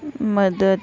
मदत